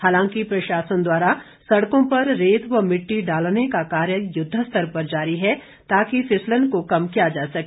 हालांकि प्रशासन द्वारा सड़कों पर रेत व मिट्टी डालने का कार्य युद्ध स्तर पर जारी है ताकि फिसलन को कम किया जा सके